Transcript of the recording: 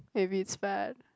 if it's bad